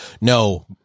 No